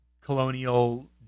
colonial